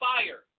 Fire